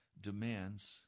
demands